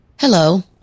hello